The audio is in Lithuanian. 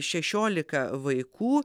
šešiolika vaikų